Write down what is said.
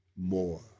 More